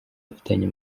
afitanye